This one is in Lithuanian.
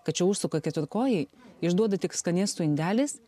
kad čia užsuka keturkojai išduoda tik skanėstų indelis